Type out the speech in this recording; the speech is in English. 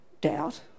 doubt